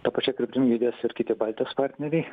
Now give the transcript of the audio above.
ta pačia kryptim judės ir kiti baltijos partneriai